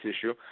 issue